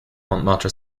montmartre